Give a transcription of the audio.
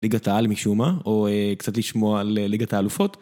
ליגת העל משום מה או קצת לשמוע על ליגת האלופות.